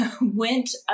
went